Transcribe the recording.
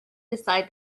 decide